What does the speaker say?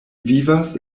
vivas